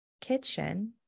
Kitchen